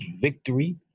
victory